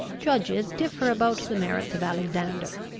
judges differ about the merits of alexander.